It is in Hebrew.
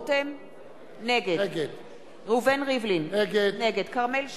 נגד ראובן ריבלין, נגד כרמל שאמה,